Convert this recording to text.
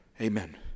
Amen